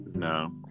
No